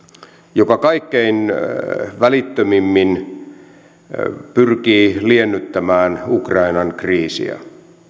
joka kaikkein välittömimmin pyrkii liennyttämään ukrainan kriisiä